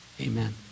amen